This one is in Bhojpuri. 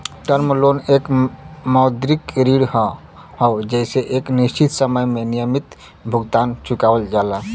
टर्म लोन एक मौद्रिक ऋण हौ जेसे एक निश्चित समय में नियमित भुगतान चुकावल जाला